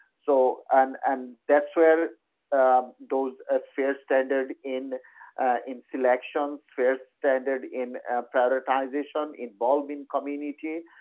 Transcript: so and and that's where those ah sphere standards in in intellection, sphere standards in prioritization involving community,